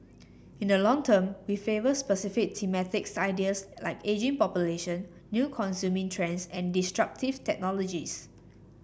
in the long term we favour specific thematic ideas like ageing population new consuming trends and disruptive technologies